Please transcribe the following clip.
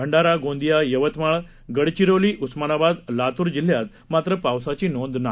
भंडारा गोंदिया यवतमाळ गडचिरोली उस्मानाबाद लातूर जिल्ह्यात मात्र पावसाची नोंद नाही